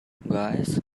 guys